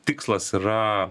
tikslas yra